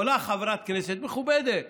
עולה חברת כנסת מכובדת: